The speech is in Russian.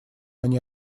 они